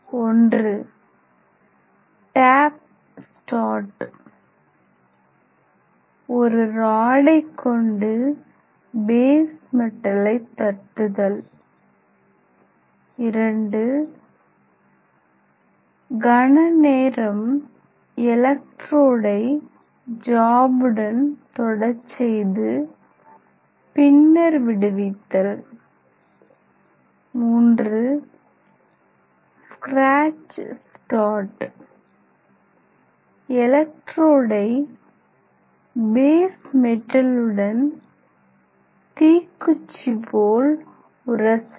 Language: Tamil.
i டேப் ஸ்டார்ட் ஒரு ராடை கொண்டு பேஸ் மெட்டலை தட்டுதல் ii கண நேரம் எலெக்ட்ரோடை ஜாபுடன் தொட செய்து பின்னர் விடுவித்தல் iii ஸ்க்ராட்ச் ஸ்டார்ட் எலெக்ட்ரோடை பேஸ் மெட்டலுடன் தீக்குச்சி போல் உரசல்